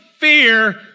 fear